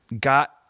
got